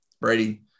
Brady